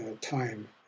time